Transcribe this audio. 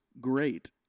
great